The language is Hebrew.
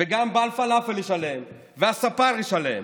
וגם בעל פלאפל ישלם והספר ישלם